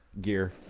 gear